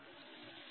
004 34